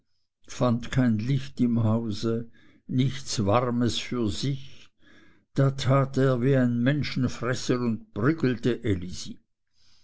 fand kein licht im hause nichts warmes für sich da tat er wie ein menschenfresser und prügelte elisi